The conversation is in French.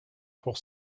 pour